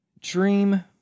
dream